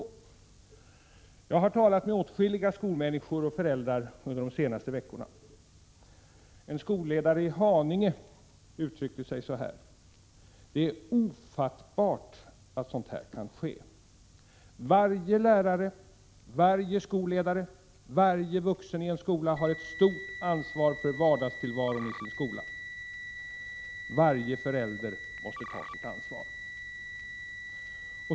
Under de senaste veckorna har jag talat med åtskilliga skolmänniskor och med föräldrar. En skolledare i Haninge uttryckte sig på följande sätt: Det är ofattbart att sådant här kan ske. Varje lärare, varje skolledare, varje vuxen i en skola har ett stort ansvar för vardagstillvaron i sin skola. Varje förälder måste ta sitt ansvar.